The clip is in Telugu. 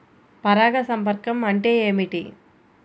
పరాగ సంపర్కం అంటే ఏమిటి?